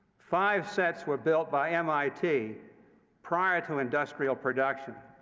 five sets were built by mit prior to industrial production.